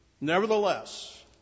Nevertheless